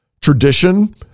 Tradition